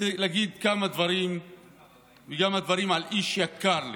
להגיד כמה דברים על איש יקר לי.